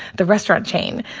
the restaurant chain.